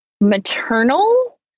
maternal